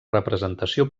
representació